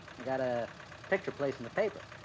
i got a picture placed in the paper.